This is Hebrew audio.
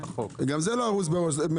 גם זה לא ארוז מראש.